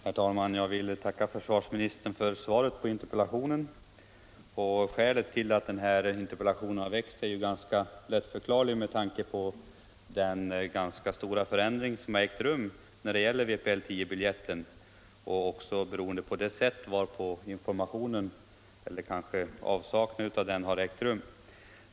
Herr talman! Jag vill tacka försvarsministern för svaret på min interpellation. Att denna interpellation väckts är ganska lättförklarligt med tanke på den relativt stora förändring som ägt rum i bestämmelserna för vpl 10-biljetten och även med tanke på det sätt varpå information härom lämnats eller kanske snarare avsaknaden av sådan information.